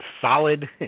solid